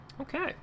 Okay